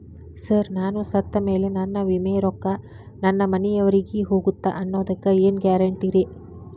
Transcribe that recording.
Sir ನಾನು ಸತ್ತಮೇಲೆ ನನ್ನ ವಿಮೆ ರೊಕ್ಕಾ ನನ್ನ ಮನೆಯವರಿಗಿ ಹೋಗುತ್ತಾ ಅನ್ನೊದಕ್ಕೆ ಏನ್ ಗ್ಯಾರಂಟಿ ರೇ?